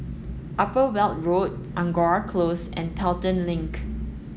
Upper Weld Road Angora Close and Pelton Link